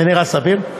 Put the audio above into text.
זה נראה סביר?